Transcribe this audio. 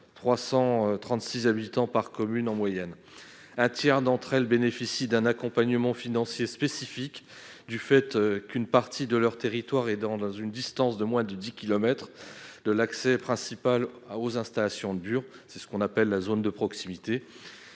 336 habitants par commune en moyenne. Un tiers de ces communes bénéficient d'un accompagnement financier spécifique, une partie de leur territoire étant distante de moins de 10 kilomètres de l'accès principal aux installations de Bure- ce que l'on appelle la zone de proximité.